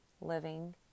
living